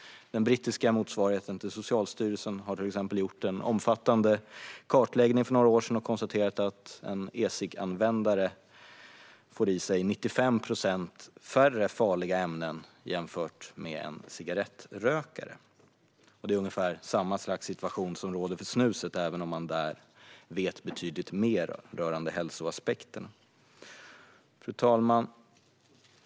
Den brittiska motsvarigheten till Socialstyrelsen gjorde till exempel en omfattande kartläggning för några år sedan och konstaterade att en e-cigganvändare får i sig 95 procent färre farliga ämnen än en cigarettrökare. Det är ungefär samma situation som råder för snuset, även om man där vet betydligt mer rörande hälsoaspekterna. Fru talman!